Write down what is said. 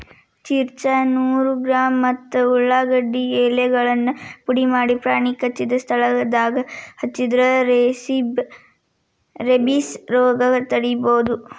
ಚಿರ್ಚ್ರಾ ನೂರು ಗ್ರಾಂ ಮತ್ತ ಉಳಾಗಡ್ಡಿ ಎಲೆಗಳನ್ನ ಪುಡಿಮಾಡಿ ಪ್ರಾಣಿ ಕಚ್ಚಿದ ಸ್ಥಳದಾಗ ಹಚ್ಚಿದ್ರ ರೇಬಿಸ್ ರೋಗ ತಡಿಬೋದು